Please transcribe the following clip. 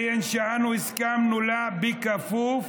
הסכמנו לה בכפוף